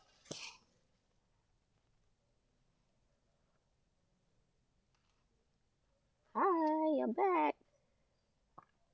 hi you're back